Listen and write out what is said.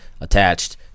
attached